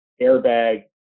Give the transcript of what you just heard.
airbag